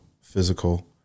physical